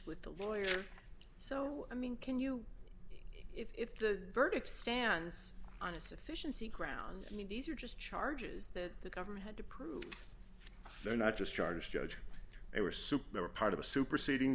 with the lawyer so i mean can you if the verdict stands on a sufficiency ground i mean these are just charges that the government had to prove they're not just charge judge they were so they were part of a superseding